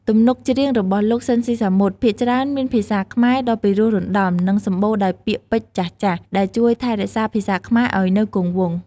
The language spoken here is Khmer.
ទំនុកច្រៀងរបស់លោក ស៊ីន ស៊ីសាមុត ភាគច្រើនមានភាសាខ្មែរដ៏ពីរោះរណ្ដំ និងសម្បូរដោយពាក្យពេចន៍ចាស់ៗ ដែលជួយថែរក្សាភាសាខ្មែរឱ្យនៅគង់វង្ស ។